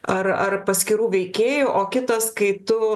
ar ar paskirų veikėjų o kitas kai tu